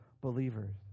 believers